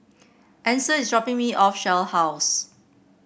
Adyson is dropping me off Shell House